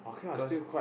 because